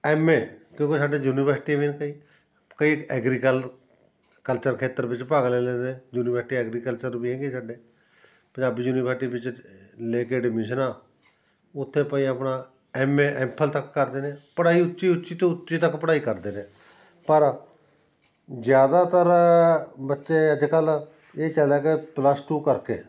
M A ਕਿਉਂਕਿ ਸਾਡੇ ਯੂਨੀਵਰਸਿਟੀਆਂ ਵੀ ਨੇ ਕਈ ਕਈ ਐਗਰੀਕਲ ਕਲਚਰ ਖੇਤਰ ਵਿੱਚ ਭਾਗ ਲੈ ਲੈਂਦੇ ਯੂਨੀਵਰਸਿਟੀ ਐਗਰੀਕਲਚਰ ਵੀ ਹੈਗੀ ਹੈ ਸਾਡੇ ਪੰਜਾਬੀ ਯੂਨੀਵਰਸਿਟੀ ਵਿੱਚ ਲੈ ਕੇ ਅਡਮੀਸ਼ਨਾਂ ਉੱਥੇ ਭਾਈ ਆਪਣਾ ਐੱਮ ਏ ਐੱਮ ਫਿਲ ਤੱਕ ਕਰਦੇ ਨੇ ਪੜ੍ਹਾਈ ਉੱਚੀ ਉੱਚੀ ਤੋਂ ਉੱਚੀ ਤੱਕ ਪੜ੍ਹਾਈ ਕਰਦੇ ਨੇ ਪਰ ਜ਼ਿਆਦਾਤਰ ਬੱਚੇ ਅੱਜ ਕੱਲ੍ਹ ਇਹ ਚਲ ਹੈਗਾ ਪਲੱਸ ਟੂ ਕਰਕੇ